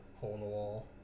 hole-in-the-wall